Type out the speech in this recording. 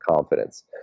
confidence